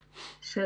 בבקשה.